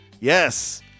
Yes